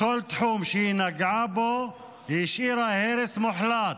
בכל תחום שהיא נגעה בו היא השאירה הרס מוחלט: